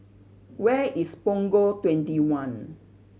where is Punggol Twenty one